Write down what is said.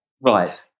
Right